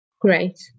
great